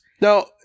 Now